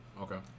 Okay